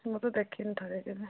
ମୁଁ ତ ଦେଖିନି ଥରେ ହେଲେ